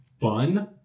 fun